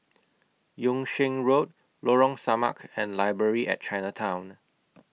Yung Sheng Road Lorong Samak and Library At Chinatown